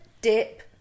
dip